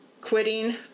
quitting